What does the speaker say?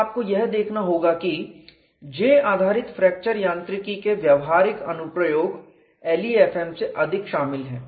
और आपको यह देखना होगा कि J आधारित फ्रैक्चर यांत्रिकी के व्यवहारिक अनुप्रयोग LEFM से अधिक शामिल है